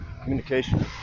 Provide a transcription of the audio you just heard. Communication